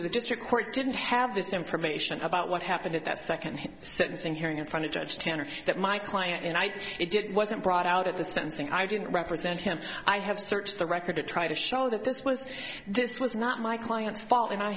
you the district court didn't have this information about what happened at that second sentencing hearing in front of judge tanner that my client and i it wasn't brought out at the sentencing i didn't represent him i have searched the record to try to show that this was this was not my client's fault and i